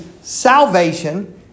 salvation